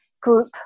group